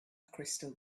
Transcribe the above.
crystal